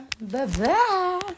Bye-bye